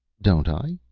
don't i?